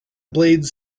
blades